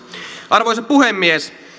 arvoisa puhemies